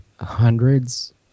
hundreds